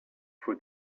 for